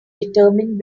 determined